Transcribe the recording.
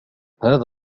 هذا